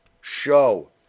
show